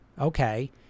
Okay